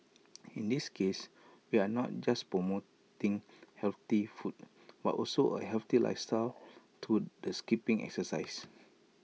in this case we are not just promoting healthy food but also A healthy lifestyle through the skipping exercise